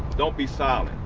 don't be silent.